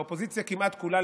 האופוזיציה כמעט כולה,